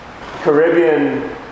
caribbean